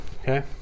Okay